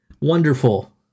Wonderful